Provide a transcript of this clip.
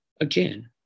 again